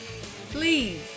please